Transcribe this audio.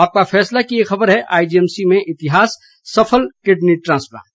आपका फैसला की एक खबर है आईजीएमसी में इतिहास सफल किडनी ट्रांसप्लांट